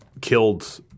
killed